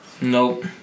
Nope